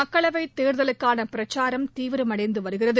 மக்களவை தேர்தலுக்கான பிரச்சாரம் தீவிரமடைந்து வருகிறது